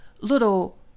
little